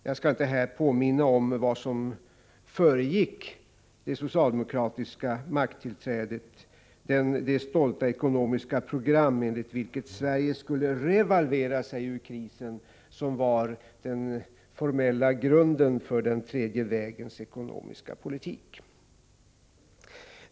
Jag skall inte påminna om vad som föregick det socialdemokratiska makttillträdet, dvs. det stolta ekonomiska program enligt vilket Sverige skulle revalvera sig ur krisen, som var den formella grunden för den tredje vägens ekonomiska politik.